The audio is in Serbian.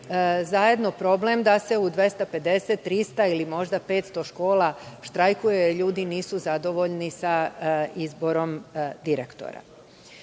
zajedno problem da se u 250, 300 ili možda 500 škola štrajkuje, jer ljudi nisu zadovoljni sa izborom direktora. Mi